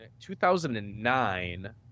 2009